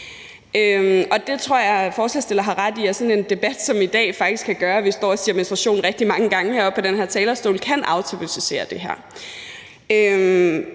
jeg tror, at forslagsstillerne har ret i, at sådan en debat som i dag, hvor vi står og siger menstruation rigtig mange gange heroppe på den her talerstol, faktisk kan aftabuisere det her.